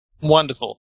Wonderful